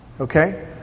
Okay